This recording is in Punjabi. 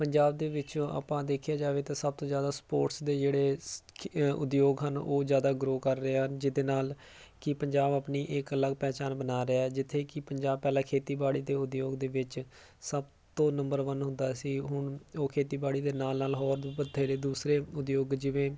ਪੰਜਾਬ ਦੇ ਵਿੱਚ ਆਪਾਂ ਦੇਖਿਆ ਜਾਵੇ ਤਾਂ ਸਭ ਤੋਂ ਜ਼ਿਆਦਾ ਸਪੋਰਟਸ ਦੇ ਜਿਹੜੇ ਸ ਉਦਯੋਗ ਹਨ ਉਹ ਜ਼ਿਆਦਾ ਗਰੋ ਕਰ ਰਹੇ ਹਨ ਜਿਹਦੇ ਨਾਲ ਕਿ ਪੰਜਾਬ ਆਪਣੀ ਇਹ ਅਲੱਗ ਪਹਿਚਾਣ ਬਣਾ ਰਿਹਾ ਜਿੱਥੇ ਕਿ ਪੰਜਾਬ ਪਹਿਲਾਂ ਖੇਤੀਬਾੜੀ ਦੇ ਉਦਯੋਗ ਦੇ ਵਿੱਚ ਸਭ ਤੋਂ ਨੰਬਰ ਵਨ ਹੁੰਦਾ ਸੀ ਹੁਣ ਉਹ ਖੇਤੀਬਾੜੀ ਦੇ ਨਾਲ ਨਾਲ ਹੋਰ ਬਥੇਰੇ ਦੂਸਰੇ ਉਦਯੋਗ ਜਿਵੇਂ